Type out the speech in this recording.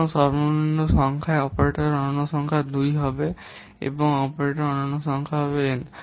সুতরাং এটা সর্বনিম্ন সংখ্যায় অপারেটরের অনন্য সংখ্যা 2 হবে এবং অপারেটরের অনন্য সংখ্যা হবে N